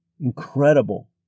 incredible